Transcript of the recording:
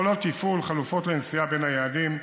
יכולות תפעול, חלופות לנסיעה בין היעדים,